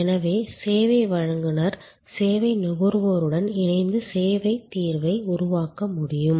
எனவே சேவை வழங்குநர் சேவை நுகர்வோருடன் இணைந்து சேவை தீர்வை உருவாக்க முடியும்